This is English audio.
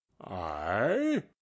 I